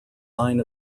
line